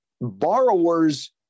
borrowers